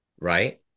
right